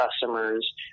customers